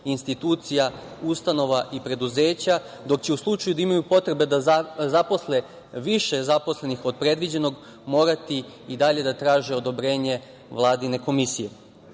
institucija, ustanova i preduzeća, dok će u slučaju da imaju potrebe da zaposle više zaposlenih od predviđenog morati i dalje da traže odobrenje vladine komisije. Što